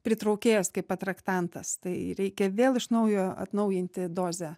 pritraukėjas kaip atraktantas tai reikia vėl iš naujo atnaujinti dozę